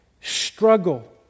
struggle